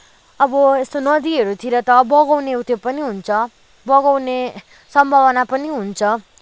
अब यस्तो नदीहरूतिर उत्यो बगाउने उ त्यो पनि हुन्छ बगाउने सम्भावना पनि हुन्छ